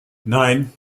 nein